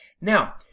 Now